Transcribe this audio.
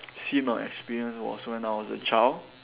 seen or experience was when I was a child